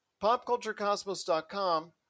PopCultureCosmos.com